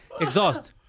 Exhaust